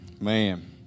Man